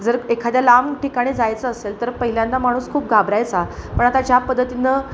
जर एखाद्या लांब ठिकाणी जायचं असेल तर पहिल्यांदा माणूस खूप घाबरायचा पण आता ज्या पद्धतीनं